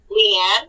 Leanne